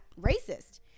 racist